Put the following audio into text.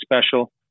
special